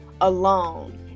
alone